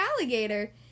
alligator